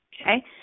Okay